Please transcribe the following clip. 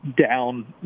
down